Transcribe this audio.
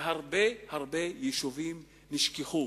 והרבה הרבה יישובים נשכחו.